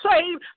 save